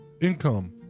income